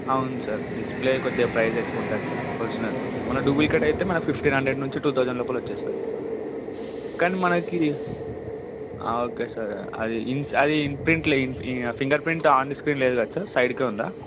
అవును sir display కొద్దిగా price ఎక్కువ ఉంటుంది సార్ ఒరిజినల్ మళ్ళీ డూప్లికేట్ అయితే మళ ఫిఫ్టీన్ హండ్రెడ్ నుంచి టూ థౌజండ్ లోపల వచ్చేస్తుంది కానీ మనకి ఆ ఓకే సార్ అది అది ఇన్ఫెంట్లీ fingerprint on the screen లేదు కదా సార్ సైడ్కే ఉందా